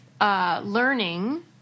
learning